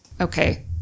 Okay